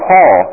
Paul